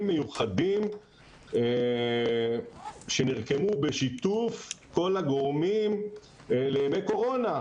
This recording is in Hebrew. מיוחדים שנרקמו בשיתוף כל הגורמים לימי קורונה,